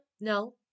No